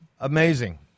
Amazing